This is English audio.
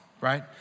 right